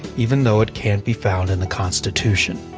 even though it can't be found in the constitution.